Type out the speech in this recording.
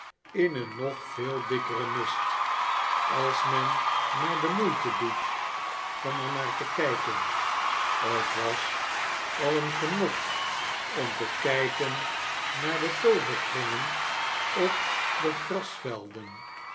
in een nog veel dikkerea mist als men maar de moeite doet van er naar te kijken t was al een genot om te kijken naar de tooverkringen op de